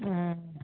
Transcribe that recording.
ओ